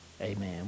Amen